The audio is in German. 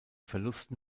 verlusten